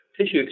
tissue